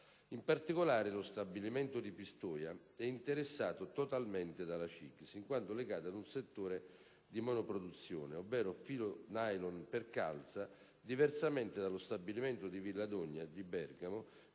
In particolare, lo stabilimento di Pistoia è interessato totalmente dalla cassa integrazione guadagni in quanto legato ad un settore di monoproduzione, ovvero filo nylon per calza, diversamente dallo stabilimento di Villa d'Ogna in